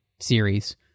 series